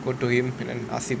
go to him and then ask him